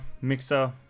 Mixer